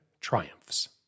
triumphs